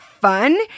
fun